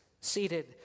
seated